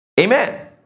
Amen